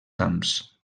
camps